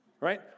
right